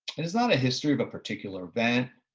and it's not a history of a particular event,